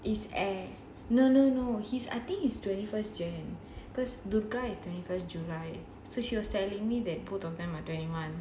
is at no no no he's I think he's twenty first january because luca is twenty first july so she was telling me that is twenty one